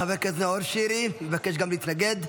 חבר הכנסת נאור שירי מבקש גם להתנגד.